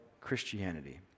Christianity